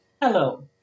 Hello